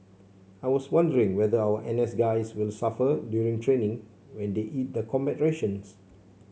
I was wondering whether our N S guys will suffer during training when they eat the combat rations